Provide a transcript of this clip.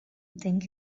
think